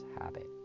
habit